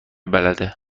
بلده